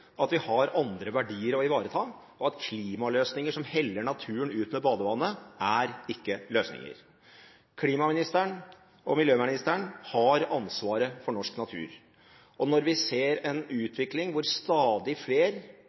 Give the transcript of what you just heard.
at vi har andre verdier å ivareta, og at klimaløsninger som heller naturen ut med badevannet, ikke er løsninger. Klima- og miljøvernministeren har ansvaret for norsk natur. Når vi ser en utvikling hvor stadig